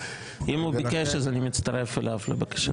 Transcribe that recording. אם הוא ביקש, אז אני מצטרף אליו לבקשה.